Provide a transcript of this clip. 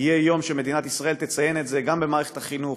יהיה יום שמדינת ישראל תציין גם במערכת החינוך,